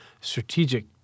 strategic